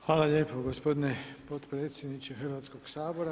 Hvala lijepo gospodine potpredsjedniče Hrvatskog sabora.